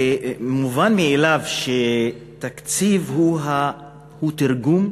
מובן מאליו שתקציב הוא תרגום,